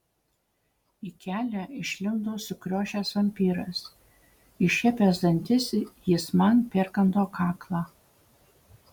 į kelią išlindo sukriošęs vampyras iššiepęs dantis jis man perkando kaklą